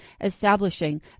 establishing